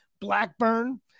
Blackburn